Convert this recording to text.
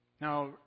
Now